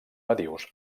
nadius